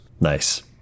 Nice